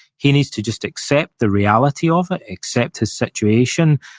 he needs to just accept the reality ah of ah accept his situation,